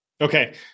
Okay